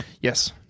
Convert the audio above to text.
Yes